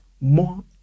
more